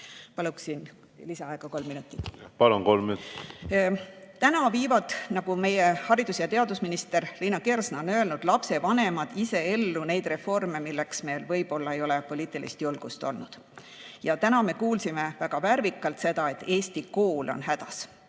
Palun, kolm minutit! Palun, kolm minutit! Täna viivad, nagu meie haridus‑ ja teadusminister Liina Kersna on öelnud, lapsevanemad ise ellu neid reforme, milleks meil võib-olla ei ole poliitilist julgust olnud. Ja täna me kuulsime väga värvikalt seda, et Eesti kool on hädas.